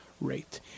rate